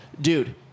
Dude